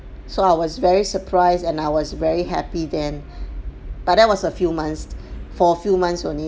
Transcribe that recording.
so I was very surprised and I was very happy then but there was a few months for a few months only